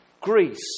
Greece